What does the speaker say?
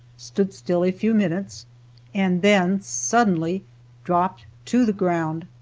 stood still a few minutes and then suddenly dropped to the ground.